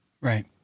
right